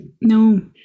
No